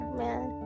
man